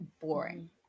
boring